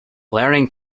learning